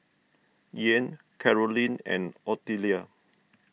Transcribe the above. Ian Carolynn and Ottilia